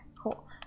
cool